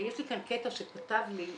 יש לי כאן קטע שכתב לי,